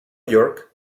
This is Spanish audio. york